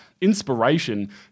inspiration